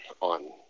on